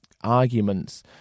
arguments